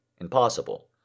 impossible